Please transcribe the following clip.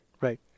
right